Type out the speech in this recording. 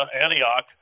Antioch